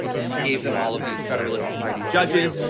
he gave them all of these federalist society judges.